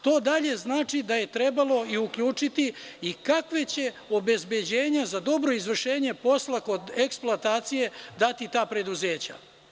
To dalje znači da je trebalo uključiti i kakva će obezbeđenja za dobro izvršenje posla kod eksploatacije dati ta preduzeća.